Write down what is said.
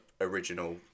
original